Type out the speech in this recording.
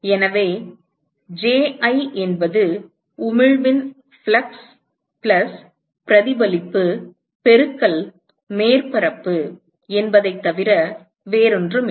எனவே Ji என்பது உமிழ்வின் ஃப்ளக்ஸ் பிளஸ் பிரதிபலிப்பு பெருக்கல் மேற்பரப்பு என்பதைத் தவிர வேறொன்றுமில்லை